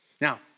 Now